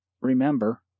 Remember